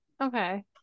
okay